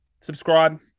subscribe